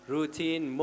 Routine